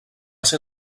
ser